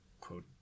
quote